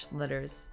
letters